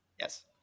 yes